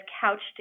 couched